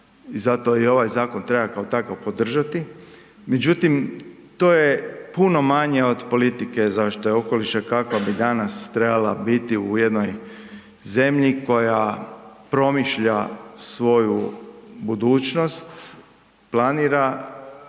zato ovaj zakon treba kao takav podržati, međutim to je puno manje od politike zaštite okoliša kakva bi danas trebala biti u jednoj zemlji koja promišlja svoju budućnost, planira